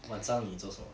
晚上你做什么